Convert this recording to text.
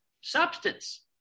Substance